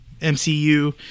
MCU